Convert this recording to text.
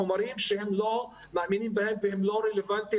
חומרים שהם לא מאמינים בהם והם לא רלוונטיים